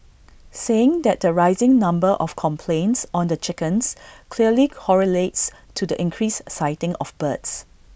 saying that the rising number of complaints on the chickens clearly correlates to the increased sighting of birds